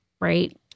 right